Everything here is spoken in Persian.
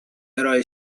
ارائه